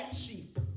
sheep